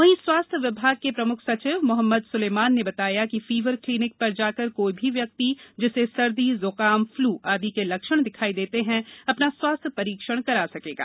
वहीं स्वास्थ विभाग के प्रमुख सचिव मोहम्मद सुलेमान ने बताया कि फीवर क्लीनिक पर जाकर कोई भी व्यक्ति जिसे सर्दी ज्काम फ्लू आदि के लक्षण दिखाई देते हैं अपना स्वास्थ्य परीक्षण करा सकेगा